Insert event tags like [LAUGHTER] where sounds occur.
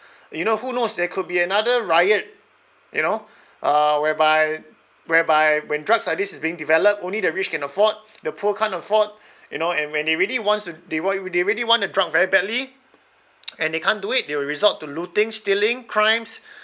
you know who knows there could be another riot you know uh whereby whereby when drugs like this is being developed only the rich can afford the poor can't afford you know and when they really wants to they wha~ they really want the drug very badly [NOISE] and they can't do it they will resort to looting stealing crimes